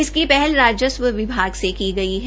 इसी पहल राजस्व विभाग से की गई है